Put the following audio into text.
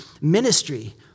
ministry